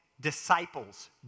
disciples